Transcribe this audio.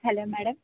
hello madam